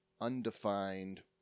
undefined